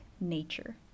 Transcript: nature